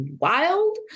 wild